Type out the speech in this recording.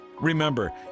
Remember